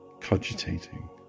cogitating